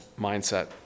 mindset